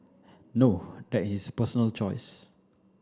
no that is his personal choice